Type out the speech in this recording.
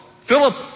Philip